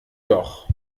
doch